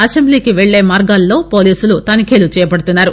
అసెంబ్లీకి వెళ్లే మారాల్లో పోలీసులు తనిఖీలు చేపడుతున్నారు